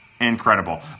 Incredible